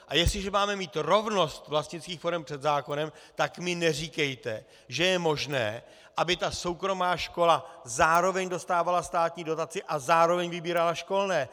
A jestliže máme mít rovnost vlastnických forem před zákonem, tak mi neříkejte, že je možné, aby ta soukromá škola zároveň dostávala státní dotaci a zároveň vybírala školné!